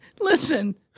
Listen